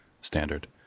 standard